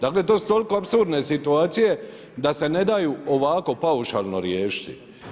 Dakle to su toliko apsurdne situacije da se ne daju ovako paušalno riješiti.